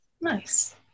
nice